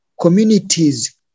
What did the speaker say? communities